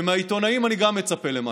וגם מהעיתונאים אני מצפה למשהו,